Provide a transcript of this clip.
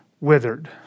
withered